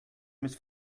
mit